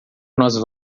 nós